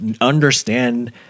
understand